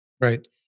Right